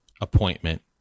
appointment